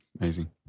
Amazing